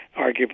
Arguably